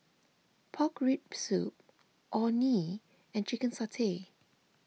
Pork Rib Soup Orh Nee and Chicken Satay